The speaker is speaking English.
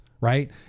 right